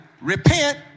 repent